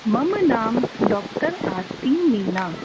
मम नाम डाक्टर् आर्ति मीना